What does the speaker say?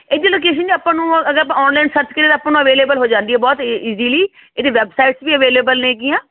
ਇਹਦੀ ਲੋਕੇਸ਼ਨ ਜੀ ਆਪਾਂ ਨੂੰ ਅਗਰ ਆਪਾਂ ਔਨਲਾਈਨ ਸਰਚ ਕਰੀਏ ਤਾਂ ਆਪਾਂ ਨੂੰ ਅਵੇਲੇਬਲ ਹੋ ਜਾਂਦੀ ਹੈ ਬਹੁਤ ਇਜੀਲੀ ਇਹਦੇ ਵੈਬਸਾਈਟਸ ਵੀ ਅਵੇਲੇਬਲ ਨੇਗੀਆਂ